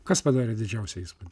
kas padarė didžiausią įspūdį